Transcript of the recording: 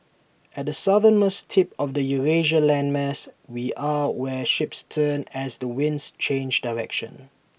at the southernmost tip of the Eurasia landmass we are where ships turn as the winds change direction